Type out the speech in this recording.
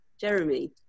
Jeremy